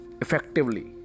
effectively